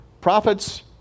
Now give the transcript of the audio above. prophets